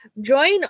Join